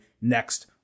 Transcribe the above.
next